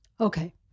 Okay